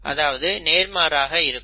அதாவது நேர்மாறாக இருக்கும்